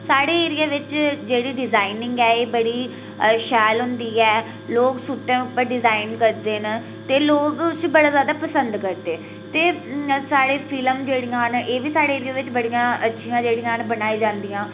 साढ़े एरिए बिच्च जेह्ड़ी डिजाईनिंग ऐ एह् बड़ी शैल होंदी ऐ लोक सूटें उप्पर डिजाईन करदे न ते लोग उसी बडा ज्यादा पसंद करदे ते साढ़ै फिल्म जेह्ड़ियां न एह् बी साढ़े एरिए च बड़ियां अच्छियां जेह्ड़ियां न बनाई जांदियां